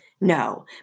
No